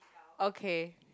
okay